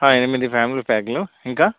ఎనిమిది ఫ్యామిలీ ప్యాక్లు ఇంకా